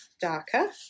Darker